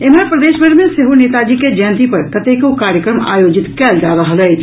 एम्हर प्रदेशभरि मे सेहो नेताजी के जयंती पर कतेको कार्यक्रम आयोजित कयल जा रहल अछि